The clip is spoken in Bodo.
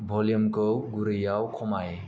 भलिउमखौ गुरैयाव खमाय